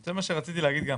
זה מה שרציתי להגיד גם.